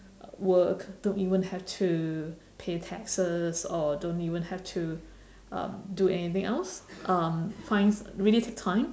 work don't even have to pay taxes or don't even have to um do anything else um find really take time